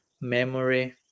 memory